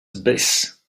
abyss